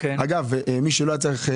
אגב מי שלא היה צריך,